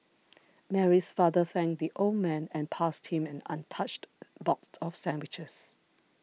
Mary's father thanked the old man and passed him an untouched box of sandwiches